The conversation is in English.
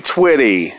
Twitty